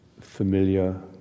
familiar